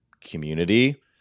community